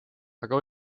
aga